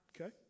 Okay